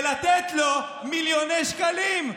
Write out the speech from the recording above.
ולתת לו מיליוני שקלים.